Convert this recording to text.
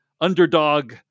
underdog